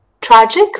tragic